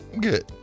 good